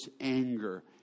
anger